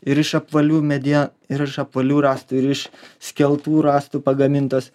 ir iš apvalių medie ir iš apvalių rąstų ir iš skeltų rąstų pagamintos